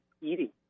eating